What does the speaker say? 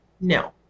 No